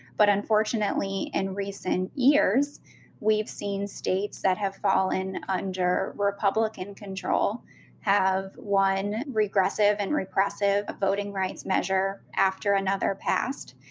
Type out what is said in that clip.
but unfortunately, in recent years we've seen states that have fallen under republican control have one regressive and repressive voting rights measure after another passed.